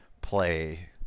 play